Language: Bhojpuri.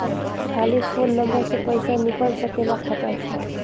खाली फोन नंबर से पईसा निकल सकेला खाता से?